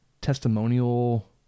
testimonial